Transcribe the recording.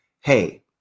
hey